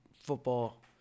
football